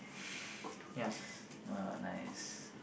!wow! nice